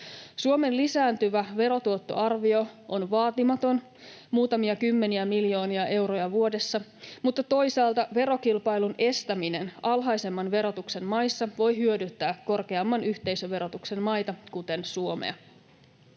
Suomen lisääntyvä verotuottoarvio on vaatimaton, muutamia kymmeniä miljoonia euroja vuodessa, mutta toisaalta verokilpailun estäminen alhaisemman verotuksen maissa voi hyödyttää korkeamman yhteisöverotuksen maita kuten Suomea.